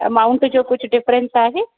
amount जो कुझु difference आहे